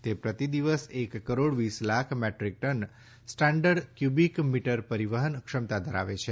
તે પ્રતિ દિવસ એક કરોડ વીસ lakh metric ton standard cubic metre પરીવહન ક્ષમતા ધરાવે છે